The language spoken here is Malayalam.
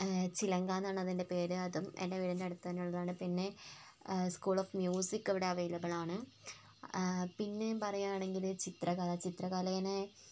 ചിലങ്ക എന്നാണ് അതിൻറ്റെ പേര് അതും എൻ്റെ വീടിൻറ്റെ അടുത്ത് തന്നെ ഉള്ളതാണ് പിന്നെ സ്കൂൾ ഓഫ് മ്യൂസിക് അവിടെ അവൈലബിളാണ് പിന്നെയും പറയുവാണെങ്കിൽ ചിത്ര കല ചിത്ര കലയിനെ